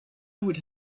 would